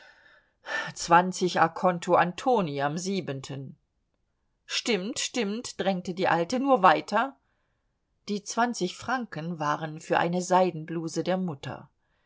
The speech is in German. zwanzig conto an toni am siebenten stimmt stimmt drängte die alte nur weiter die zwanzig franken waren für eine seidenbluse der mutter